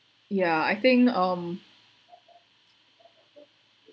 yeah I think um